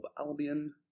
Albion